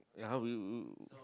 ya how will you